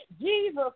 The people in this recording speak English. Jesus